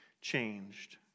changed